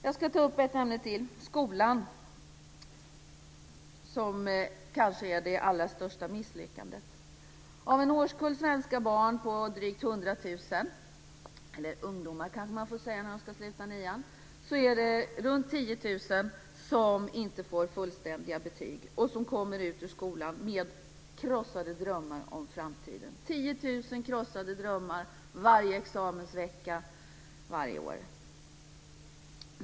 Jag ska ta upp ett ämne till, och det är skolan, som kanske är det allra största misslyckandet. Av en årskurs svenska barn - eller ungdomar, när de slutar nian - på drygt 100 000 är det runt 10 000 som inte får fullständiga betyg och som kommer ut ur skolan med krossade drömmar om framtiden. Det är 10 000 krossade drömmar varje examensvecka varje år.